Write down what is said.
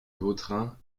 vautrin